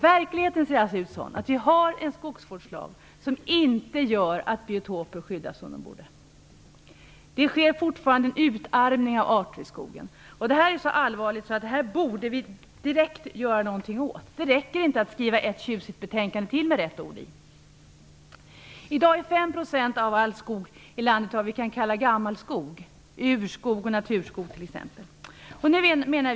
Verkligheten är alltså sådan att det finns en skogsvårdslag som inte gör att biotoper skyddas så som de borde. Det sker fortfarande en utarmning av arter i skogen. Det här är så allvarligt att vi direkt borde göra något åt det; det räcker inte att skriva ett tjusigt betänkande till med rätt ord i. I dag är 5 % av all skog i landet vad vi skulle kunna kalla gammal skog. Det handlar t.ex. om urskog och om naturskog.